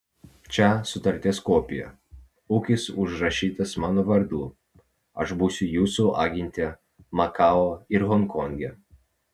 čia sutarties kopija ūkis užrašytas mano vardu aš būsiu jūsų agentė makao ir honkonge